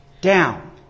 down